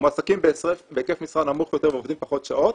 מועסקים בהיקף משרה נמוך יותר ועובדים פחות שעות,